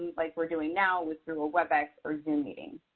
like we're doing now with, through a webex or zoom meeting.